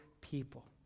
people